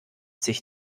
sich